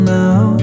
now